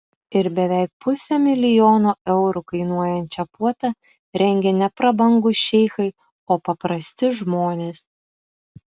ir beveik pusę milijono eurų kainuojančią puotą rengė ne prabangūs šeichai o paprasti žmonės